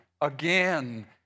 again